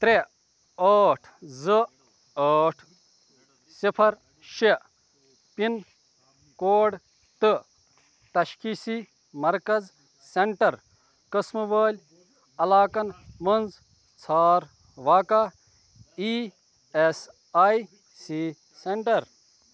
ترٛےٚ ٲٹھ زٕ ٲٹھ صِفر شےٚ پِن کوڈ تہٕ تشخیٖصی مرکز سینٹر قٕسمہٕ وٲلۍ علاقن مَنٛز ژھانڈ واقع E S I C centre